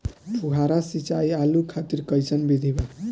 फुहारा सिंचाई आलू खातिर कइसन विधि बा?